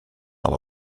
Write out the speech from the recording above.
alla